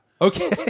Okay